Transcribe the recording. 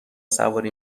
سواری